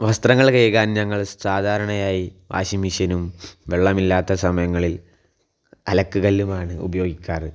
വസ്ത്രങ്ങൾ കഴുകാൻ ഞങ്ങൾ സാധാരണയായി വാഷിംഗ് മെഷീനും വെള്ളമില്ലാത്ത സമയങ്ങളിൽ അലക്ക് കല്ലുമാണ് ഉപയോഗിക്കാറ്